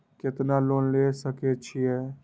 केतना लोन ले सके छीये?